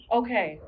okay